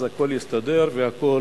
הכול יסתדר והכול